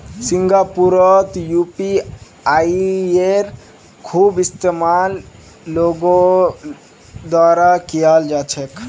सिंगापुरतो यूपीआईयेर खूब इस्तेमाल लोगेर द्वारा कियाल जा छे